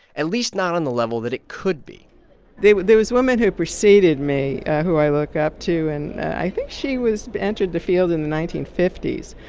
at least not on the level that it could be there there was a woman who preceded me who i look up to. and i think she was entered the field in the nineteen fifty s.